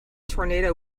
tornado